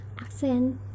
Accent